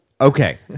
Okay